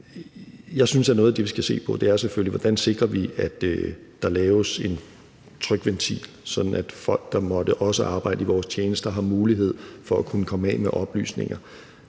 Jeg synes, at noget af det, vi skal se på, selvfølgelig er, hvordan vi sikrer, at der laves en trykventil, sådan at også folk, der måtte arbejde i vores tjenester, har mulighed for at kunne komme af med oplysninger.